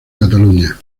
cataluña